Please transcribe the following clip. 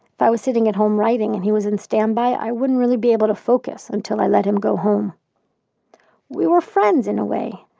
if i was sitting at home writing, and he was on standby, i wouldn't really be able to focus until i let him go home we were friends, in a way.